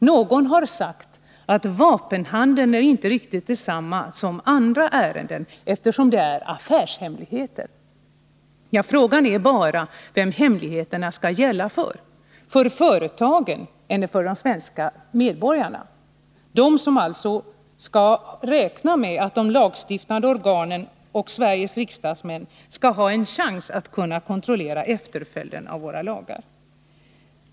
Någon har sagt att vapenhandel inte är riktigt detsamma som andra ärenden, eftersom det gäller affärshemligheter. Frågan är bara vem hemligheten skall gälla för — för företagen eller för de svenska medborgarna? Medborgarna måste kunna räkna med att de lagstiftande organen och Sveriges riksdag har en chans att kunna kontrollera att våra lagar efterföljs.